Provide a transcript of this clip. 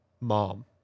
Mom